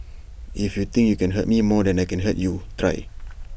if you think you can hurt me more than I can hurt you try